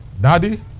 Daddy